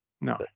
No